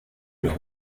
los